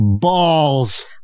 balls